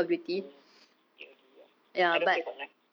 mm C_O_D ya I don't play fortnite